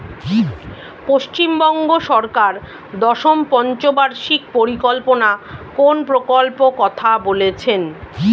পশ্চিমবঙ্গ সরকার দশম পঞ্চ বার্ষিক পরিকল্পনা কোন প্রকল্প কথা বলেছেন?